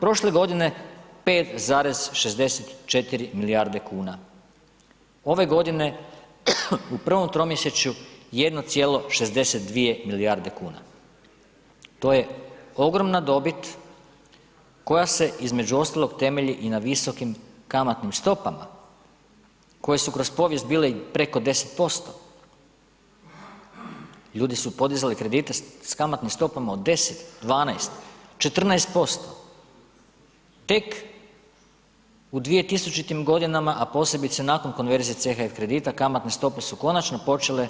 Prošle godine 5,64 milijarde kuna, ove godine u prvom tromjesečju 1,62 milijarde kuna, to je ogromna dobit koja se između ostalog temelji i na visokim kamatnim stopama koje su kroz povijest bile i preko 10%, ljudi su podizali kredite s kamatnim stopama od 10, 12, 14%, tek u 2000.-tim godinama, a posebice nakon konverzije CHF kredita kamatne stope su konačno počele